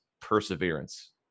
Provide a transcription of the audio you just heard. perseverance